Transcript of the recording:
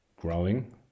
growing